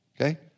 Okay